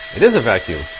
it is a vacuum.